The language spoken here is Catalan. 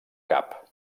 cap